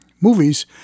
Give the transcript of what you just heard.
movies